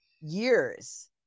years